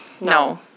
No